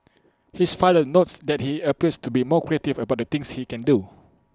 his father notes that he appears to be more creative about the things he can do